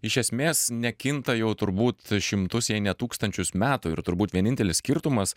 iš esmės nekinta jau turbūt šimtus jei ne tūkstančius metų ir turbūt vienintelis skirtumas